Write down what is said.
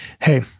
hey